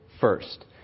first